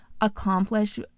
accomplish